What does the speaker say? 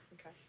Okay